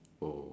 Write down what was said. oh